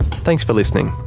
thanks for listening